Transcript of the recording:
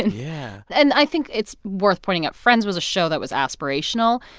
and yeah and i think it's worth pointing out friends was a show that was aspirational.